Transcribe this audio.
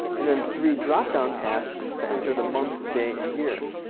and then three drop-down tasks to enter the month, day and year,